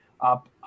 up